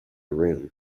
room